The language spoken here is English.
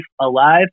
Alive